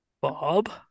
Bob